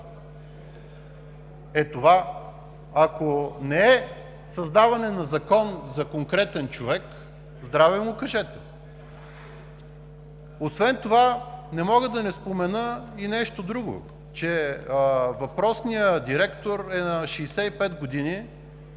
Е това ако не е създаване на закон за конкретен човек – здраве му кажете. Освен това не мога да не спомена и нещо друго, че въпросният директор е на 65 години.